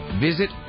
Visit